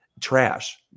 trash